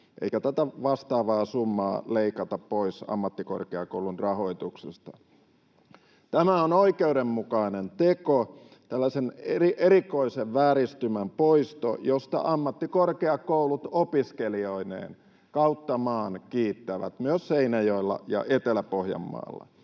eikä tätä vastaavaa summaa leikata pois ammattikorkeakoulun rahoituksesta. Tämä on oikeudenmukainen teko, tällaisen erikoisen vääristymän poisto, josta ammattikorkeakoulut opiskelijoineen kautta maan kiittävät myös Seinäjoella ja Etelä-Pohjanmaalla.